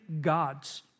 gods